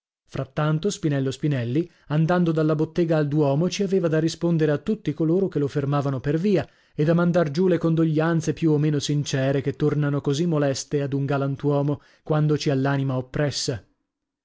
donato frattanto spinello spinelli andando dalla bottega al duomo ci aveva da rispondere a tutti coloro che lo fermavano per via e da mandar giù le condoglianze più o meno sincere che tornano così moleste ad un galantuomo quando ci ha l'anima oppressa